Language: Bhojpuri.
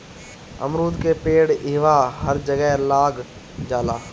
अमरूद के पेड़ इहवां हर जगह लाग जाला